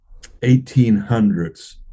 1800s